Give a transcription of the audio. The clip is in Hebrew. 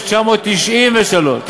בשנת 1999,